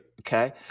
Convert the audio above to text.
okay